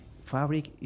fabric